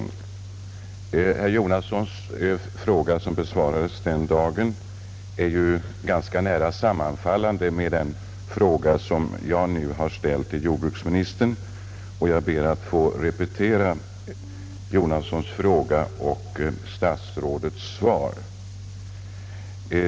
En fråga av herr Jonasson, som då besvarades, överensstämmer ganska väl med den som jag nu ställt till jordbruksministern. Jag ber att få repetera herr Jonassons fråga och statsrådets svar på denna.